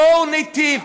בואו ניטיב.